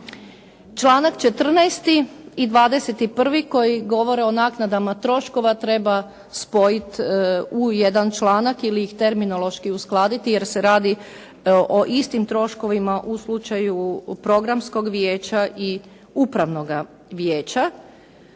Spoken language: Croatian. Članak 14. i 21. koji govore o naknadama troškova treba spojiti u jedan članak ili ih terminološki uskladiti jer se radi o istim troškovima u slučaju programskog vijeća i upravnoga vijeća.